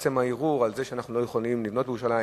עצם הערעור על זה שאנחנו לא יכולים לבנות בירושלים.